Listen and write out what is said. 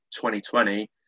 2020